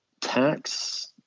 tax